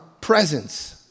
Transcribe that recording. presence